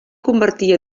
convertir